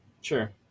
Sure